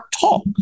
talk